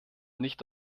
nicht